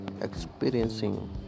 experiencing